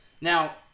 Now